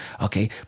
okay